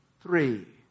three